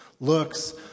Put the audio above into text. looks